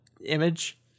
image